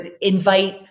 invite